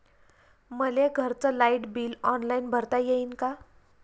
मले घरचं light bill online भरता येईन का?